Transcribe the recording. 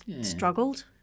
struggled